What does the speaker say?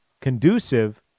conducive